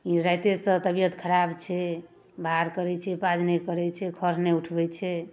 कि राइतेसँ तबियत खराब छै बाहर करै छियै पाज नहि करै छै खऽर नहि उठबै छै